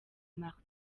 martin